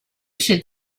should